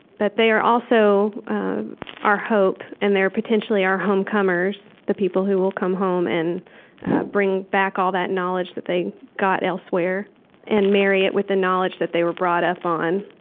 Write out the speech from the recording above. but they are also our hope, and they're potentially our homecomers, the people who will come home and bring back all that knowledge that they got elsewhere and marry it with the knowledge that they were brought up on.